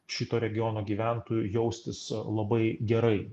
šito regiono gyventojų jaustis labai gerai